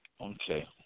Okay